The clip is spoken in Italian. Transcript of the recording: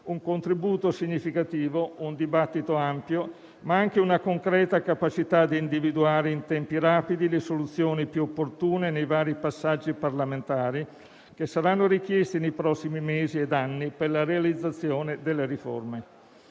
un contributo significativo o un dibattito ampio, ma anche una concreta capacità di individuare in tempi rapidi le soluzioni più opportune nei vari passaggi parlamentari, richiesti nei prossimi mesi ed anni per la realizzazione delle riforme.